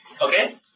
Okay